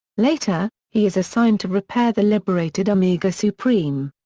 later, he is assigned to repair the liberated omega supreme.